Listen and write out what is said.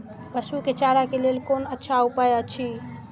पशु के चारा के लेल कोन अच्छा उपाय अछि?